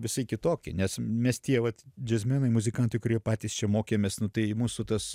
visai kitokie nes mes tie vat džiazmenai muzikantai kurie patys čia mokėmės tai mūsų tas